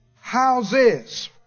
Houses